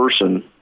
person